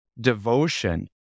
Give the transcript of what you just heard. devotion